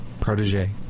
protege